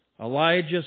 Elijah